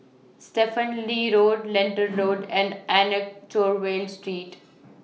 Stephen Lee Road Lentor Road and Anchorvale Street